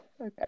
Okay